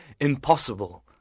impossible